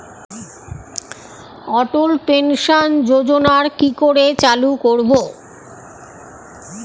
অটল pension যোজনার কি করে চালু করব?